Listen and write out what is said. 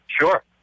Sure